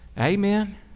Amen